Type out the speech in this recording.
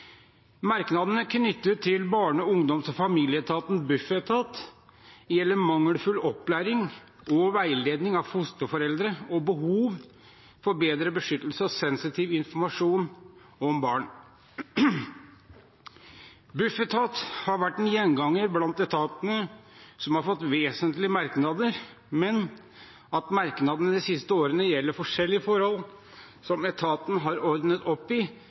Merknadene knyttet til Barne-, ungdoms- og familieetaten, Bufetat, gjelder mangelfull opplæring og veiledning av fosterforeldre og behov for bedre beskyttelse av sensitiv informasjon om barn. Bufetat har vært en gjenganger blant etatene som har fått vesentlige merknader, men merknadene de siste årene gjelder forskjellige forhold som etaten har ordnet opp i